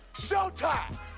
Showtime